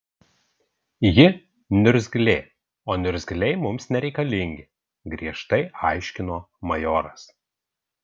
ji niurzglė o niurzgliai mums nereikalingi griežtai aiškino majoras